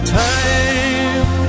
time